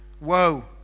Woe